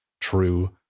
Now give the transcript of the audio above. true